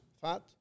fat